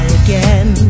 again